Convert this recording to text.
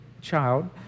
child